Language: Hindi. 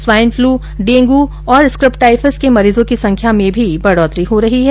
स्वाइनफल डेंगू और स्कबटाइफस के मरीजों की संख्या में भी बढोतरी हो रही है